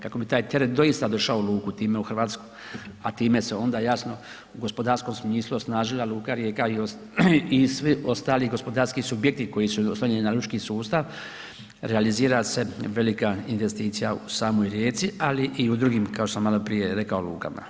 Kako bi taj teret doista došao u luku time u Hrvatsku, a time se onda jasno u gospodarskom smislu osnažila luka Rijeka i svi ostali gospodarski subjekti koji su oslonjeni na lučki sustava realizira se velika investicija u samoj Rijeci, ali i u drugim kao što sam malo prije rekao lukama.